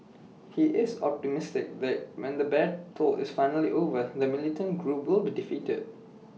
he is optimistic that when the battle is finally over the militant group will be defeated